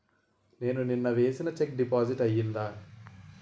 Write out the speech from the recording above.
నేను నిన్న వేసిన చెక్ డిపాజిట్ అయిందా?